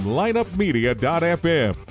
lineupmedia.fm